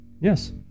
Yes